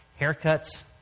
Haircuts